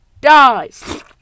Dies